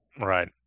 right